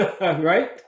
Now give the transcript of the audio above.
right